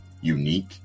unique